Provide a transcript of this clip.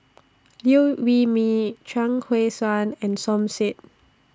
Liew Wee Mee Chuang Hui Tsuan and Som Said